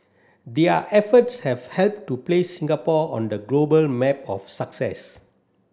their efforts have helped to place Singapore on the global map of success